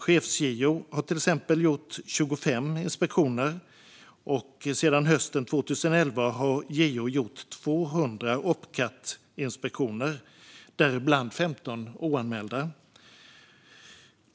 Chefs-JO har till exempel gjort 25 inspektioner, och sedan hösten 2011 har JO gjort 200 Opcat-inspektioner, däribland 15 oanmälda.